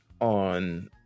on